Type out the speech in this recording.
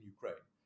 Ukraine